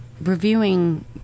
reviewing